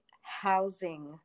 Housing